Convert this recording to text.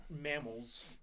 mammals